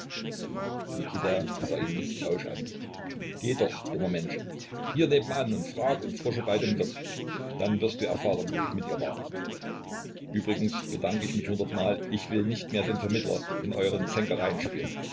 sah ihn mißtrauisch an geh doch dummer mensch hier nebenan und frag und forsche nach beim wirt dann wirst du erfahren wo ich mit ihr war übrigens bedank ich mich hundertmal ich will nicht mehr den vermittler in euren